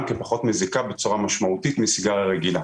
כפחות מזיקה בצורה משמעותית מסיגריה רגילה.